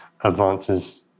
advances